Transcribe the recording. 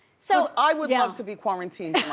so i would have to be quarantined